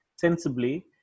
Sensibly